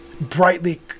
brightly